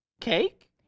Cake